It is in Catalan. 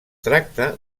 tracta